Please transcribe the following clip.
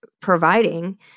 providing